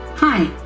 hi.